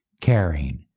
caring